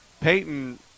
Peyton